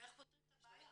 איך פותרים את הבעיה?